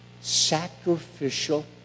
Sacrificial